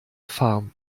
farm